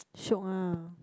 shiok ah